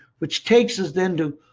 which takes us then to,